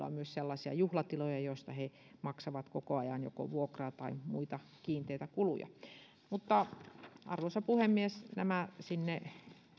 on myös sellaisia juhlatiloja joista he maksavat koko ajan joko vuokraa tai muita kiinteitä kuluja mutta arvoisa puhemies nämä sinne